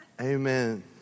Amen